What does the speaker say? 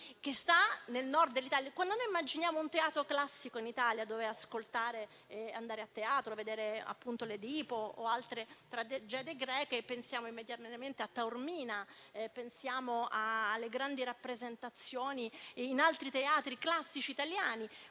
che sta nel Nord Italia. Quando noi immaginiamo un teatro classico in Italia, dove assistere all'«Edipo re» o ad altre tragedie greche, pensiamo immediatamente a Taormina e pensiamo alle grandi rappresentazioni in altri teatri classici italiani.